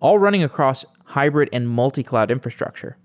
all running across hybrid and multi-cloud infrastructure.